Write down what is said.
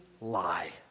lie